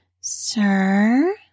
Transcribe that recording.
Sir